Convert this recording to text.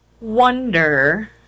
wonder